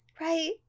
right